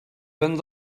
vent